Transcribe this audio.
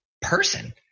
person